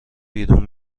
بیرون